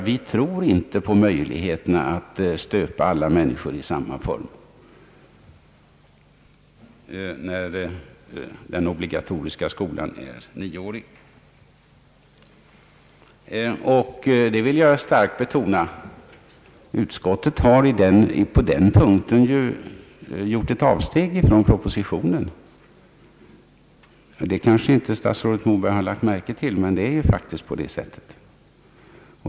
Jag tror inte på möjligheten att stöpa alla människor i samma form, när den obligatoriska skolan är nioårig. Jag vill starkt betona att utskottet på den här punkten gjort ett avsteg från propositionen. Det kanske statsrådet Moberg inte har lagt märke till, men det är faktiskt på det sättet.